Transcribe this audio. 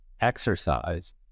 exercise